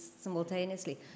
simultaneously